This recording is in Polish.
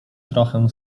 trochę